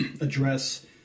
address